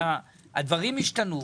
הדברים השתנו.